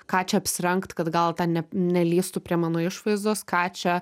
ką čia apsirengt kad gal ten ne nelįstų prie mano išvaizdos ką čia